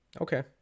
Okay